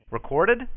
Recorded